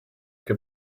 che